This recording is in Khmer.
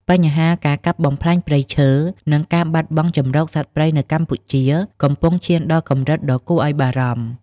បញ្ហាការកាប់បំផ្លាញព្រៃឈើ និងការបាត់បង់ជម្រកសត្វព្រៃនៅកម្ពុជាកំពុងឈានដល់កម្រិតដ៏គួរឲ្យបារម្ភ។